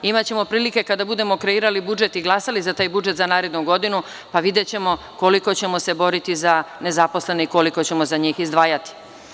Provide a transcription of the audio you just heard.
Imaćemo prilike kada budemo kreirali budžet i glasali za taj budžet za narednu godinu, pa videćemo koliko ćemo se boriti za nezaposlene i koliko ćemo za njih izdvajati.